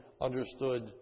understood